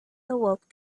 awoke